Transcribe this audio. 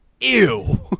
Ew